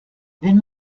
wenn